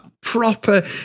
proper